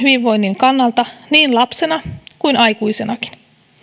hyvinvoinnin kannalta niin lapsena kuin aikuisenakin